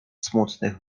smutnych